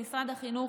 במשרד החינוך,